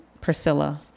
Priscilla